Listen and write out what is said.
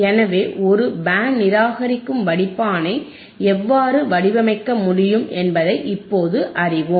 எனவே ஒரு பேண்ட் நிராகரிக்கும் வடிப்பானை எவ்வாறு வடிவமைக்க முடியும் என்பதை இப்போது அறிவோம்